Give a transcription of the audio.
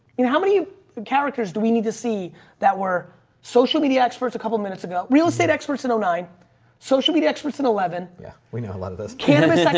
how many characters do we need to see that were social media experts a couple minutes ago? real estate experts in nine social media experts in eleven? yeah. we know a lot of this cannabis,